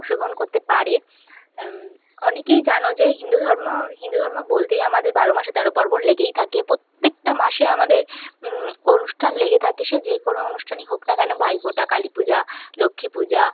অংশগ্রহণ করতে পারে অনেকেই জানো যে হিন্দু ধর্ম হিন্দু ধর্ম বলতেই আমাদের বারো মাসে তেরো পার্বণ লেগেই থাকে প্রত্যেকটা মাসে আমাদের অনুষ্ঠান লেগে থাকে সে যে কোনো অনুষ্ঠানই হোক না কেন ভাইফোঁটা কালী পূজা লক্ষ্মী পূজা